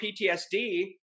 PTSD